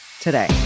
today